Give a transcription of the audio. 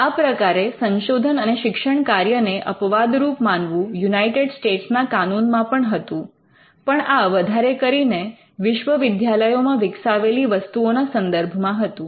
આ પ્રકારે સંશોધન અને શિક્ષણકાર્યને અપવાદરૂપ માનવું યુનાઇટેડ સ્ટેટ્સના કાનૂનમાં પણ હતું પણ આ વધારે કરીને વિશ્વવિદ્યાલયોમાં વિકસાવેલી વસ્તુઓના સંદર્ભમાં હતું